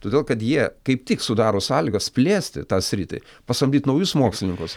todėl kad jie kaip tik sudaro sąlygas plėsti tą sritį pasamdyt naujus mokslininkus